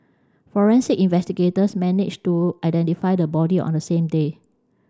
forensic investigators managed to identify the body on the same day